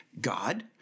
God